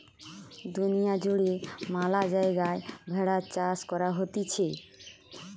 দুনিয়া জুড়ে ম্যালা জায়গায় ভেড়ার চাষ করা হতিছে